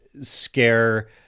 scare